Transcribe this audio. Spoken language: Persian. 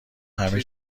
همه